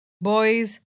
boys